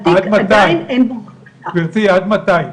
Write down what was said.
התיק, עדיין אין בו --- עד מתי?